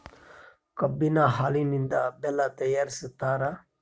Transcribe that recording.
ಕಬ್ಬಿನ ಹಾಲಿನಿಂದ ಬೆಲ್ಲ ತಯಾರಿಸ್ತಾರ